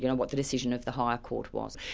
you know what the decision of the higher court was.